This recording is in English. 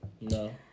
No